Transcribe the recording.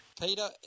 Peter